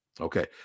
okay